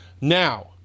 Now